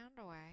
away